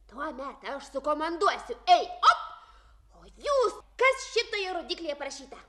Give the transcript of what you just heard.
tuomet aš sukomanduosiu ei op o jūs kas šitoje rodyklėje parašyta